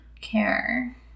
care